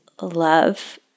love